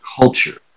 culture